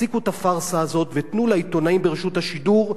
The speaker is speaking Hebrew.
תפסיקו את הפארסה הזאת ותנו לעיתונים ברשות השידור,